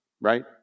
right